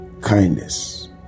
Kindness